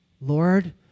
Lord